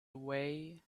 away